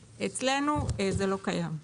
אבל אצלנו זה לא קיים.